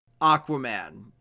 Aquaman